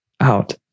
out